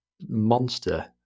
monster